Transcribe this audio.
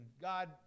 God